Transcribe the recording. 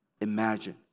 imagine